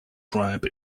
drab